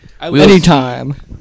Anytime